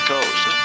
Coast